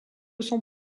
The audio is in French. son